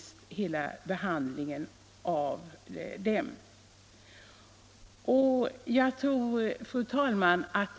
Det gör att behandlingen av de änkorna framstår som ännu mera orättvis. Fru talman!